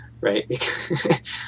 right